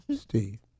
Steve